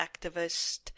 activist